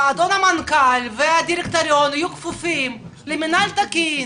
והמנכ"ל והדירקטוריון יהיו כפופים למנהל תקין,